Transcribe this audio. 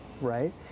right